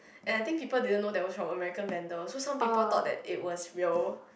and I think people didn't know that some America branded so some people thought that it was real